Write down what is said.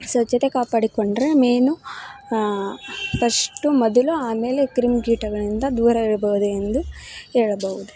ಸ್ವಚ್ಛತೆ ಕಾಪಾಡಿಕೊಂಡರೆ ನೀನು ಫಸ್ಟು ಮೊದಲು ಆಮೇಲೆ ಕ್ರಿಮಿಕೀಟಗಳಿಂದ ದೂರವಿರ್ಬಹುದು ಎಂದು ಹೇಳಬಹುದು